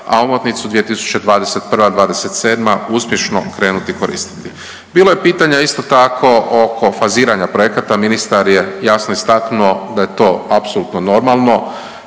a omotnicu 2021.-'27. uspješno krenuti koristiti. Bilo je pitanja isto tako oko faziranja projekata, ministar je jasno istaknuto da je to apsolutno normalno